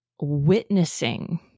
witnessing